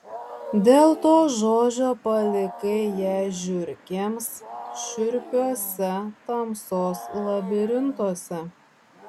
dėl to žodžio palikai ją žiurkėms šiurpiuose tamsos labirintuose